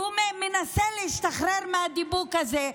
והוא מנסה להשתחרר מהדיבוק הזה,